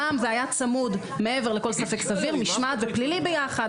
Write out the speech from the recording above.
פעם זה היה צמוד מעבר לכל ספק סביר משמעת ופלילי ביחד.